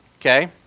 Okay